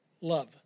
love